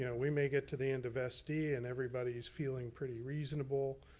yeah we make it to the end of sd and everybody's feeling pretty reasonable.